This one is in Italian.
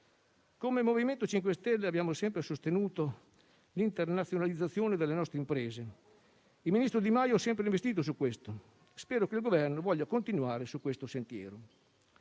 Come MoVimento 5 Stelle abbiamo sempre sostenuto l'internazionalizzazione delle nostre imprese. Il ministro Di Maio ho sempre investito su questo; spero che il Governo voglia continuare su questo sentiero.